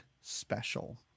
special